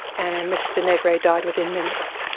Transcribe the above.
and mr negre died within minutes.